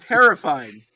Terrifying